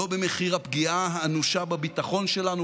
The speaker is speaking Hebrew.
לא במחיר הפגיעה האנושה בביטחון שלנו,